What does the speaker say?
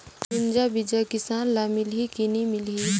गुनजा बिजा किसान ल मिलही की नी मिलही?